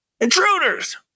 Intruders